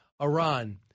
Iran